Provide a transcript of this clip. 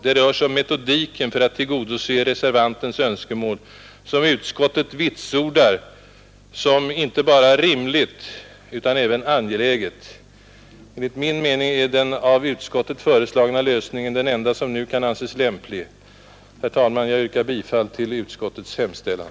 Det rör sig om metodiken för att tillgodose reservantens önskemål, som utskottet vitsordar såsom inte bara rimligt utan även angeläget. Enligt min mening är den av utskottet föreslagna lösningen den enda som nu kan anses lämplig. Herr talman! Jag yrkar bifall till utskottets hemställan.